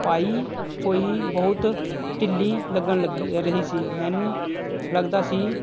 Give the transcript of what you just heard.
ਪਾਈ ਹੋਈ ਬਹੁਤ ਢਿੱਲੀ ਲੱਗਣ ਲੱਗੀ ਰਹੀ ਸੀ ਮੈਨੂੰ ਲੱਗਦਾ ਸੀ